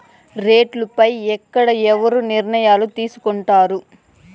రేట్లు పై ఎక్కడ ఎవరు నిర్ణయాలు తీసుకొంటారు?